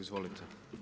Izvolite.